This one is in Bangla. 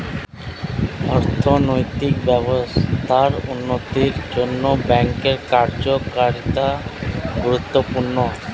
অর্থনৈতিক ব্যবস্থার উন্নতির জন্যে ব্যাঙ্কের কার্যকারিতা গুরুত্বপূর্ণ